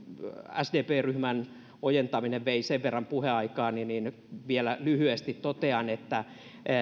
sdp ryhmän ojentaminen vei sen verran puheaikaani että vielä lyhyesti totean että